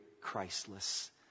Christless